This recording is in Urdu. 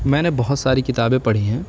میں نے بہت ساری کتابیں پڑھی ہیں